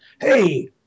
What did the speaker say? hey